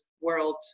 world